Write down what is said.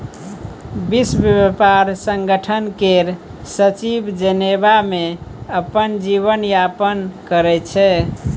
विश्व ब्यापार संगठन केर सचिव जेनेबा मे अपन जीबन यापन करै छै